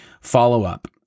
Follow-up